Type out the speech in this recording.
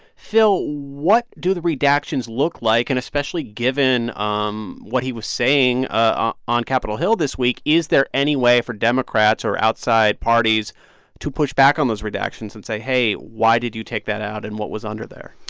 phil, what do the redactions look like? and especially given um what he was saying ah on capitol hill this week, is there any way for democrats or outside parties to push back on those redactions and say, hey, why did you take that out, and what was under there?